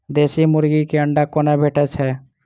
देसी मुर्गी केँ अंडा कोना भेटय छै?